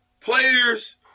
players